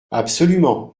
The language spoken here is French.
absolument